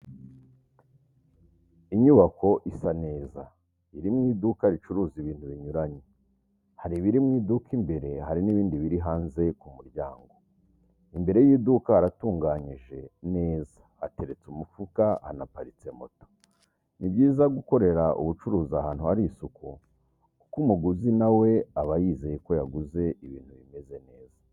inyubako isa neza irimo iduka ricuruza ibintu binyuranye, hari ibiri mu iduka imbere hari n'ibindi biri hanze ku muryango, imbere y'iduka haratunganyije neza hateretse umufuka, hanaparitse moto. Ni byiza gukorera ubucuruzi ahantu hari isuku kuko umuguzi nawe aba yizeye ko yaguze ibintu bimeze neza.